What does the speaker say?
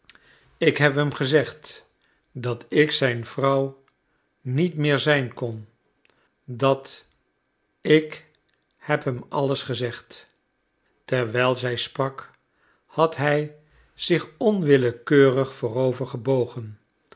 ik heb hem gezegd dat ik zijn vrouw niet meer zijn kon dat ik heb hem alles gezegd terwijl zij sprak had hij zich onwillekeurig voorover gebogen